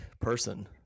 person